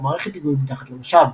או מערכת היגוי מתחת למושב.